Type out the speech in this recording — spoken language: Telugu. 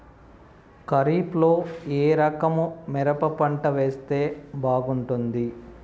ఖరీఫ్ లో ఏ రకము మిరప పంట వేస్తే బాగుంటుంది